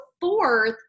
fourth